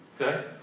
Okay